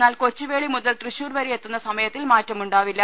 എന്നാൽ കൊച്ചുവേളി മുതൽ തൃശൂർ വരെ എത്തുന്ന സമയത്തിൽ മാറ്റമുണ്ടാവില്ല